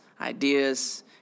ideas